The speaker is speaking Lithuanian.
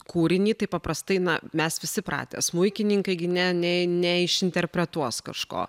kūrinį tai paprastai na mes visi pratę smuikininkai gi ne ne ne išinterpretuos kažko